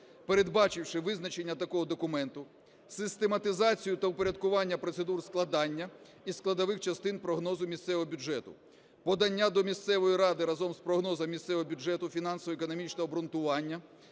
передбачивши визначення такого документу, систематизацію та упорядкування процедур складання із складових частин прогнозу місцевого бюджету, подання до місцевої ради разом з прогнозом місцевого бюджету фінансово-економічного обґрунтування,